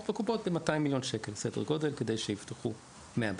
בקופות בסדר גודל של 200 מיליון שקל כדי שיפתחו 100 בתים.